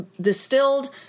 distilled